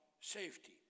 safety